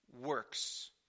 works